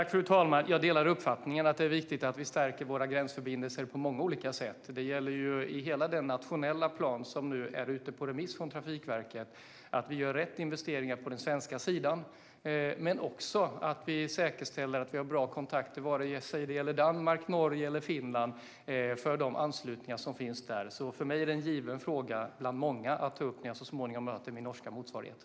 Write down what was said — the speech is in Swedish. Fru talman! Jag delar uppfattningen att det är viktigt att vi stärker våra gränsförbindelser på många olika sätt. Det gäller hela den nationella plan från Trafikverket som nu är ute på remiss. Vi ska göra rätt investeringar på den svenska sidan, men vi ska också säkerställa bra kontakter för de anslutningar som finns - oavsett om det gäller Danmark, Norge eller Finland. För mig är det en given fråga bland många att ta upp när jag så småningom möter min norska kollega.